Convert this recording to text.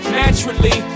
naturally